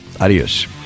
Adios